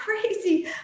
crazy